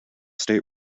state